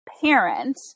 parent